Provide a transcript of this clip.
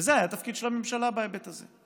וזה היה התפקיד של הממשלה בהיבט הזה,